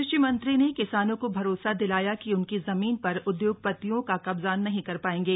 कृषि मंत्री ने किसानों को भरोसा दिलाया कि उनकी जमीन पर उद्योगपति कब्जा नहीं कर पाएंगे